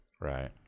Right